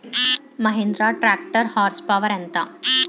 Mahindra tractor horse power ఎంత?